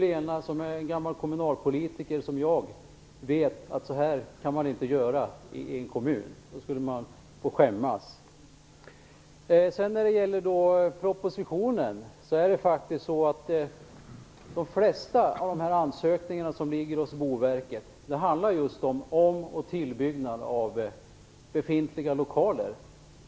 Lena Larsson som är gammal kommunalpolitiker liksom jag vet att man inte kan göra så här i en kommun. Då skulle man få skämmas. De flesta av de ansökningar som ligger hos Boverket gäller just om och tillbyggnad av befintliga lokaler.